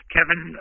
Kevin